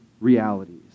realities